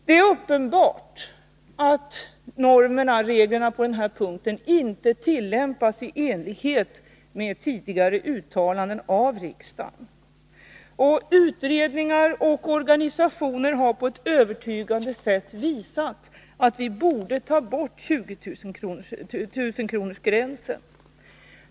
Det är uppenbart att reglerna på den här punkten inte tillämpas i enlighet med tidigare uttalanden av riksdagen. Och utredningar och organisationer har på ett övertygande sätt visat att vi borde ta bort 20 000-kronorsgränsen.